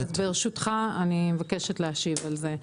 ברשותך, אני מבקשת להשיב על זה.